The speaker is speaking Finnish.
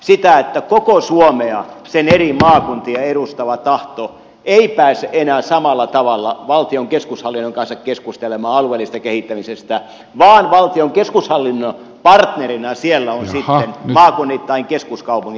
sitä että koko suomea sen eri maakuntia edustava tahto ei pääse enää samalla tavalla valtion keskushallinnon kanssa keskustelemaan alueellisesta kehittämisestä vaan valtion keskushallinnon partnerina siellä ovat sitten maakunnittain keskuskaupungit